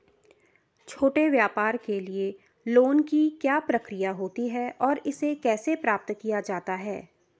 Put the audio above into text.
छोटे व्यापार के लिए लोंन की क्या प्रक्रिया होती है और इसे कैसे प्राप्त किया जाता है?